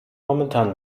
momentan